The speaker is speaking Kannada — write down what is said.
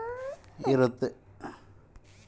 ಇನ್ವೆಸ್ಟ್ಮೆಂಟ್ ಗೆ ಅಂತ ಬ್ಯಾಂಕ್ ಒಳಗ ಯೋಜನೆ ಇರ್ತವೆ